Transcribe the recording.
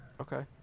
Okay